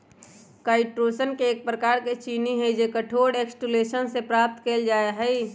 chitosan एक प्रकार के चीनी हई जो कठोर एक्सोस्केलेटन से प्राप्त कइल जा हई